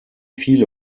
viele